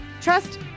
trust